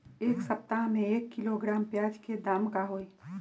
एक सप्ताह में एक किलोग्राम प्याज के दाम का होई?